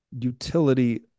utility